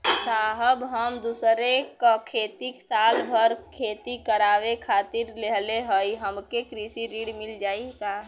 साहब हम दूसरे क खेत साल भर खेती करावे खातिर लेहले हई हमके कृषि ऋण मिल जाई का?